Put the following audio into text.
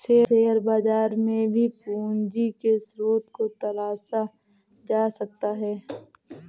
share बाजार में भी पूंजी के स्रोत को तलाशा जा सकता है